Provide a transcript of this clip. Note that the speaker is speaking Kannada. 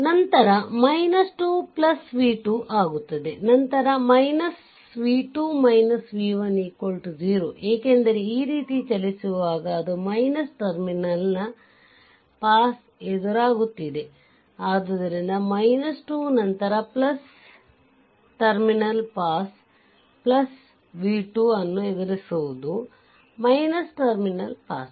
ನಂತರ 2 v2 ಆಗುತ್ತದೆ ನಂತರ v2 v1 0 ಏಕೆಂದರೆ ಈ ರೀತಿ ಚಲಿಸುವಾಗ ಅದು ಟರ್ಮಿನಲ್ ಪಾಸ್ ಎದುರಾಗುತ್ತಿದೆ ಆದ್ದರಿಂದ 2 ನಂತರ ಟರ್ಮಿನಲ್ ಪಾಸ್ v2 ಅನ್ನು ಎದುರಿಸುವುದು ಟರ್ಮಿನಲ್ ಪಾಸ್